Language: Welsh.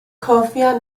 cofia